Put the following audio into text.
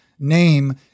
Name